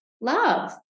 love